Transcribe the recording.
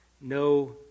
no